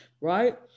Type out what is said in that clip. right